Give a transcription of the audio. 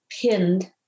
pinned